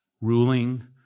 ruling